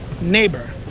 Neighbor